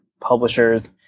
publishers